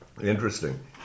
Interesting